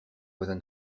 voisins